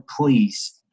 please